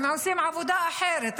הם עושים עבודה אחרת,